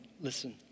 Listen